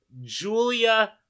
Julia